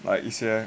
like 一些